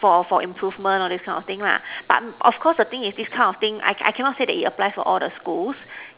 for for improvement all these kind of thing lah but of course the thing is this kind of thing I can I cannot say that it applies for all the schools